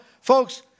folks